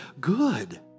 good